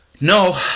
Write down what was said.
No